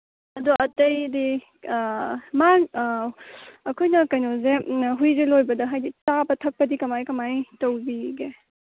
ꯑꯗꯣ ꯑꯇꯩꯗꯤ ꯃꯥ ꯑꯩꯈꯣꯏꯅ ꯀꯩꯅꯣꯁꯦ ꯍꯨꯏꯁꯦ ꯂꯣꯏꯕꯗ ꯍꯥꯏꯗꯤ ꯆꯥꯕ ꯊꯛꯄꯗꯤ ꯀꯃꯥꯏ ꯀꯃꯥꯏꯅ ꯇꯧꯕꯤꯒꯦ